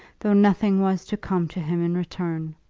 though nothing was to come to him in return.